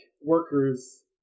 workers